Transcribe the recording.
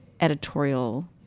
editorial